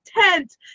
tent